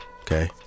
Okay